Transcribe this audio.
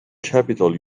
capital